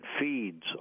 feeds